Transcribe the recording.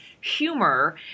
humor